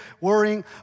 worrying